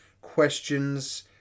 questions